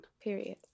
Period